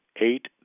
eight